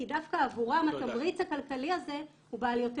כי דווקא עבורם התמריץ הכלכלי הזה הוא בעל יותר